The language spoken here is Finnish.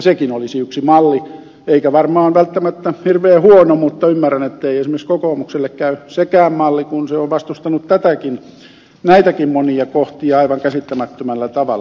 sekin olisi yksi malli eikä välttämättä hirveän huono mutta ymmärrän ettei esimerkiksi kokoomukselle käy sekään malli kun se on vastustanut näitäkin monia kohtia aivan käsittämättömällä tavalla